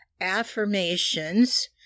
affirmations